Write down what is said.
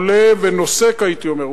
עולים ונוסקים הייתי אומר,